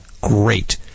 great